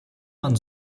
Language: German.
man